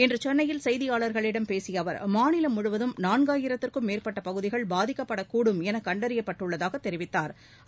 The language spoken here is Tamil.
இன்று சென்னையில் செய்தியாளர்களிடம் பேசிய அவர் மாநிலம் முழுவதும் நான்காயிரத்திற்கும் மேற்பட்ட பகுதிகள் பாதிக்கப்படக்கூடும் என கண்டறியப்பட்டுள்ளதாக தெரிவித்தாா்